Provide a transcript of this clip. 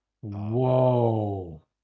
Whoa